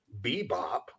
bebop